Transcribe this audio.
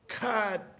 God